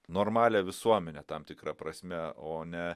normalią visuomenę tam tikra prasme o ne